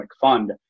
Fund